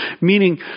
Meaning